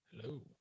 hello